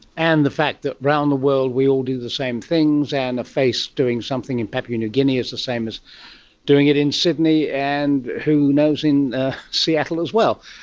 and the fact that around the world we all do the same things and a face doing something in papua new guinea is the same as doing it in sydney and, who knows, in ah seattle as well.